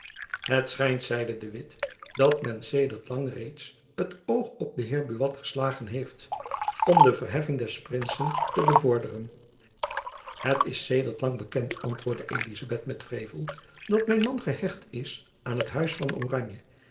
het schijnt zeide de witt dat men sedert lang reeds het oog op den heer buat geslagen heeft om de verheffing des prinsen te bevorderen het is sedert lang bekend antwoordde elizabeth met wrevel dat mijn man gehecht is aan het huis van oranje